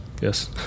Yes